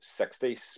60